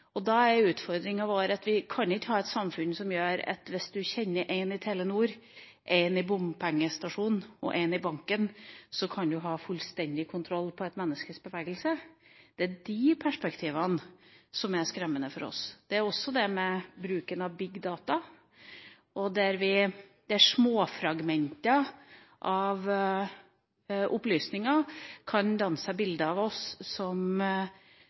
Utfordringa vår er at vi kan ikke ha et samfunn som gjør at hvis en kjenner én i Telenor, én i bompengestasjonen og én i banken, kan en ha fullstendig kontroll på et menneskes bevegelser. Det er disse perspektivene som er skremmende for oss. Det er også dette med bruken av Big Data, der en ved småfragmenter av opplysninger kan danne seg bilder av oss, noe som